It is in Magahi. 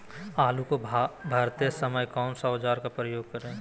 आलू को भरते समय कौन सा औजार का प्रयोग करें?